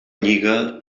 lliga